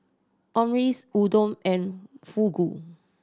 Omurice Udon and Fugu